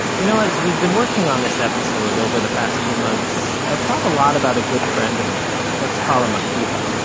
you know, as we've been working on this episode over the past few months, i've thought a lot about a good friend of mine. let's call him akivah.